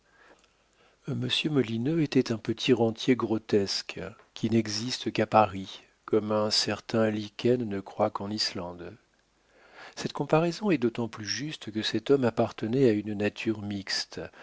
molineux était un petit rentier grotesque qui n'existe qu'à paris comme un certain lichen ne croît qu'en islande cette comparaison est d'autant plus juste que cet homme appartenait à une nature mixte